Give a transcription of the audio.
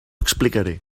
explicaré